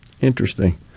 Interesting